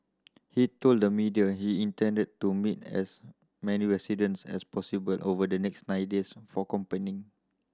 he told the media he intended to meet as many residents as possible over the next nine days for campaigning